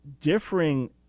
differing